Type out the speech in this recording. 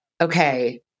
okay